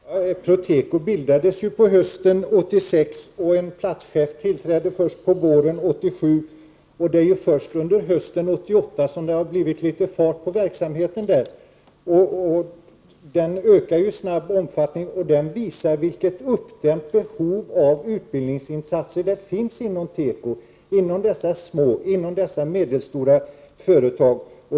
Herr talman! Proteko bildades hösten 1986, och en platschef tillträdde först under våren 1987. Det är först under hösten 1988 som det har blivit litet fart på verksamheten. Den ökar snabbt i omfattning, och den visar på det uppdämda behovet av utbildningsinsatser inom tekoindustrin och inom dessa småoch medelstora företag.